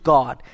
God